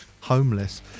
Homeless